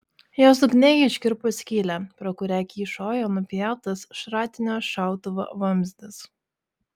jos dugne ji iškirpo skylę pro kurią kyšojo nupjautas šratinio šautuvo vamzdis